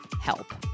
help